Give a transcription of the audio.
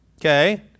Okay